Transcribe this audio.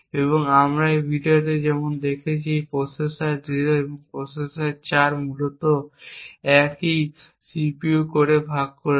এবং আমরা এই ভিডিওতে যেমন দেখেছি প্রসেসর 0 এবং প্রসেসর 4 মূলত একই CPU কোর ভাগ করছে